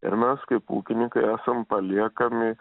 ir mes kaip ūkininkai esam paliekami